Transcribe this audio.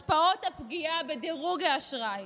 השפעות הפגיעה בדירוג האשראי,